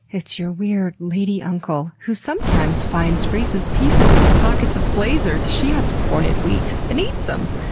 it's your weird lady-uncle, who sometimes finds reese's pieces in the pockets of blazers she hasn't worn in weeks and eats them,